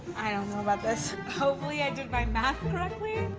i don't know about this. hopefully i did my math correctly,